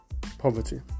poverty